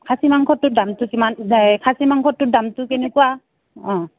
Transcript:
খাচী মাংসটোৰ দামটো কিমান খাচী মাংসটোৰ দামটো কেনেকুৱা অঁ